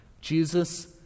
Jesus